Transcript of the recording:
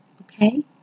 Okay